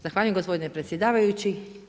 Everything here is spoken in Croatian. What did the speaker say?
Zahvaljujem gospodine predsjedavajući.